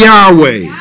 Yahweh